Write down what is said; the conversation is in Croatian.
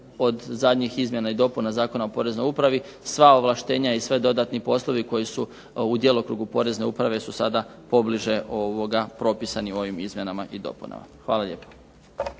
od zadnjih izmjena i dopuna Zakona o Poreznoj upravi, sva ovlaštenja i svi dodatni poslovi koji su u djelokrugu Porezne uprave su sada pobliže propisani ovim izmjenama i dopunama. Hvala lijepa.